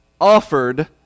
offered